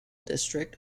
district